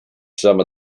some